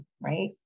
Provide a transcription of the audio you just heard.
right